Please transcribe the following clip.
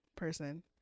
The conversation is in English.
person